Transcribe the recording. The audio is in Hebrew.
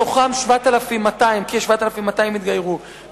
מתוכם כ-7,200 התגיירו,